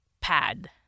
pad